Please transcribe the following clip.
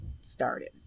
started